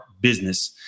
business